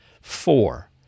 Four